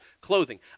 clothing